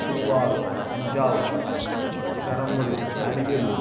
Thiruvarur Thanjavur Perambalur Ariyalur